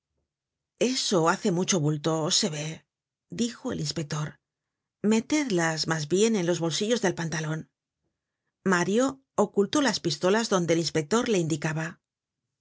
eso hace mucho bulto se ve dijo el inspector metedlas mas bien en los bolsillos del pantalon mario ocultó las pistolas donde el inspector le indicaba